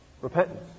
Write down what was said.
Repentance